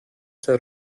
der